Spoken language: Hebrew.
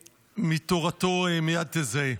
מתורתו, מייד תזהה: